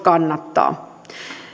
kannattaa sdp on